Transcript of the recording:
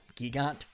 Gigant